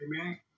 Amen